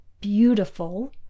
beautiful